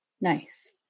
Nice